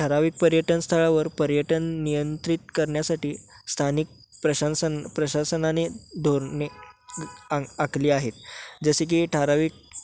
ठराविक पर्यटन स्थळावर पर्यटन नियंत्रित करण्यासाठी स्थानिक प्रशासन प्रशासनाने धोरणे आखली आहेत जसे की ठराविक